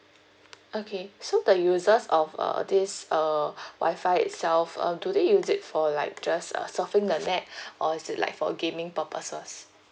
okay so the users of uh this err Wi-Fi itself uh do they use it for like just uh surfing the net or is it like for gaming purposes